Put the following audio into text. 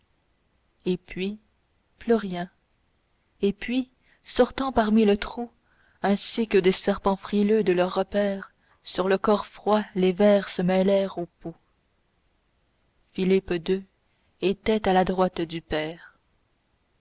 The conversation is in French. et puis plus rien et puis sortant par mille trous ainsi que des serpents frileux de leur repaire sur le corps froid les vers se mêlèrent aux poux philippe deux était à la droite du père